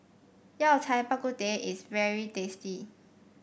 Yao Cai Bak Kut Teh is very tasty